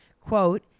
quote